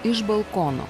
iš balkono